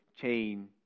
chain